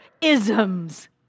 isms